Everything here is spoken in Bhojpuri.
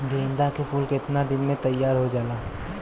गेंदा के फूल केतना दिन में तइयार हो जाला?